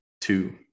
Two